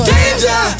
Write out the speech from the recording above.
Danger